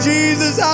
Jesus